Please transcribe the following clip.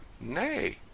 Nay